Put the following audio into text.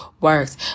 works